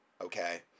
okay